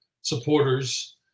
supporters